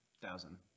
Thousand